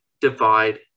divide